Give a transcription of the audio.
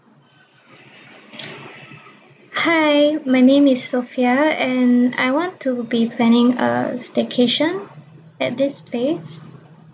hi my name is sophia and I want to be planning a staycation at this place